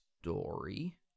story